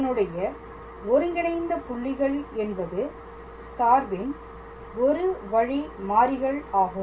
அதனுடைய ஒருங்கிணைந்த புள்ளிகள் என்பது சார்பின் ஒரு வழி மாறிகள் ஆகும்